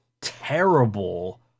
terrible